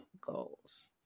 goals